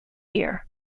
year